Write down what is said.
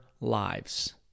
lives